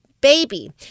baby